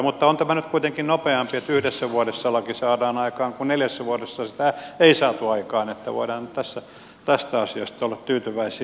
mutta on se nyt kuitenkin nopeampaa että yhdessä vuodessa laki saadaan aikaan kuin että neljässä vuodessa sitä ei saatu aikaan niin että voidaan tähän asiaan olla tyytyväisiä